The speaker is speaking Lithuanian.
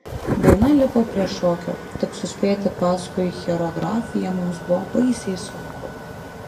daina lipo prie šokio tik suspėti paskui choreografiją mums buvo baisiai sunku